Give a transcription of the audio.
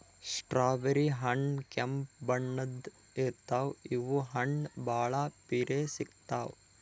strawberry ಹಣ್ಣ್ ಕೆಂಪ್ ಬಣ್ಣದ್ ಇರ್ತವ್ ಇವ್ ಹಣ್ಣ್ ಭಾಳ್ ಪಿರೆ ಸಿಗ್ತಾವ್